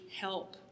help